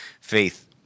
faith